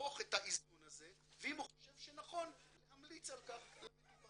לערוך את האיזון הזה ואם הוא חושב שנכון להמליץ על כך למטופל.